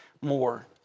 more